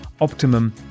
optimum